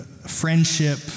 friendship